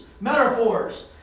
metaphors